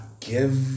give